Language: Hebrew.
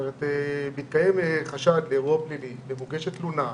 מתקיים חשד לאירוע פלילי ומוגשת תלונה,